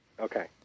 Okay